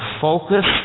focus